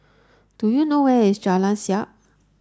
do you know where is Jalan Siap